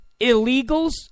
illegals